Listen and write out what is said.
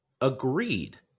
agreed